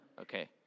Okay